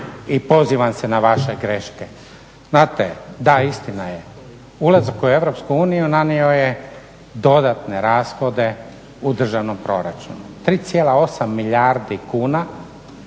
i pozivam se na vaše greške. Znate, da istina je, ulazak u EU nanio je dodatne rashode u državnom proračunu. 3,8 milijardi kuna